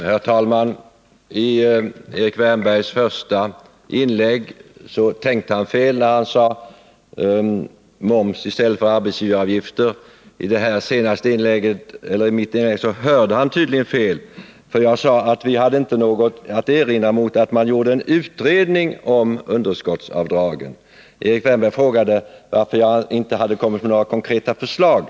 Herr talman! Erik Wärnberg tänkte fel i sitt första inlägg när han sade moms i stället för arbetsgivaravgifter. När det gäller mitt inlägg hörde han tydligen fel. Jag sade nämligen att vi inte hade någonting att erinra mot att det görs en utredning om underskottsavdragen. Erik Wärnberg frågade varför jaginte kommit med några konkreta förslag.